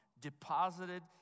deposited